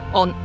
on